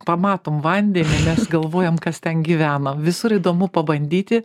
pamatom vandenį mes galvojam kas ten gyvena visur įdomu pabandyti